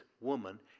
woman